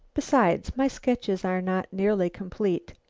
besides, my sketches are not nearly complete.